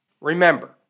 Remember